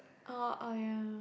oh oh ya